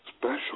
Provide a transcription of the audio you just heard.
special